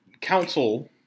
council